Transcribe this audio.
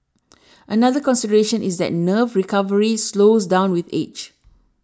another consideration is that nerve recovery slows down with age